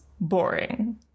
boring